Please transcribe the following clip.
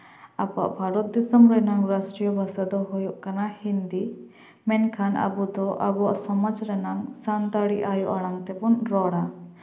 ᱟᱵᱚᱣᱟᱜ ᱵᱷᱟᱨᱚᱛ ᱫᱤᱥᱚᱢ ᱨᱮᱱᱟᱜ ᱨᱟᱥᱴᱤᱨᱤᱭᱚ ᱵᱷᱟᱥᱟ ᱫᱚ ᱦᱩᱭᱩᱜ ᱠᱟᱱᱟ ᱦᱤᱱᱫᱤ ᱢᱮᱱᱠᱷᱟᱱ ᱟᱵᱚ ᱫᱚ ᱟᱵᱚᱣᱟᱜ ᱟᱵᱚᱣᱟᱜ ᱥᱚᱢᱟᱡᱽ ᱨᱮᱱᱟᱝ ᱥᱟᱱᱛᱟᱲᱤ ᱟᱭᱳ ᱟᱲᱟᱝ ᱛᱮᱵᱚᱱ ᱨᱚᱲᱟ